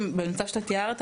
במצב שאתה תיארת,